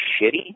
shitty